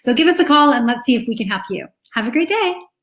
so give us a call and let's see if we can help you! have a great day!